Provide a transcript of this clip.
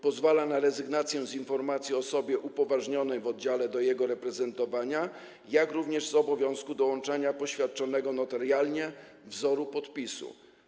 Pozwala na rezygnację z informacji o osobie upoważnionej w oddziale do jego reprezentowania, jak również z obowiązku dołączania poświadczonego notarialnie wzoru podpisu.